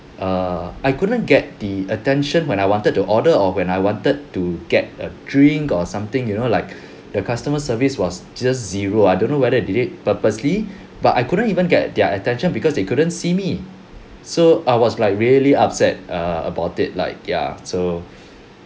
err I couldn't get the attention when I wanted to order or when I wanted to get a drink or something you know like the customer service was just zero I don't know whether they did it purposely but I couldn't even get their attention because they couldn't see me so I was like really upset err about it like ya so